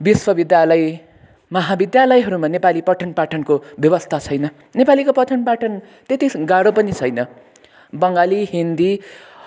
विश्वविद्यालय महाविद्यालयहरूमा नेपाली पठन पाठनको व्यवस्ता छैन नेपालीको पठन पाठन त्यति गाह्रो पनि छैन बङ्गाली हिन्दी